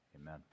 amen